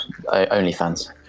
OnlyFans